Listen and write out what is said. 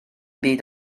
byd